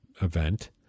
event